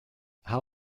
how